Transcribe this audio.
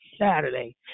Saturday